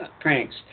pranks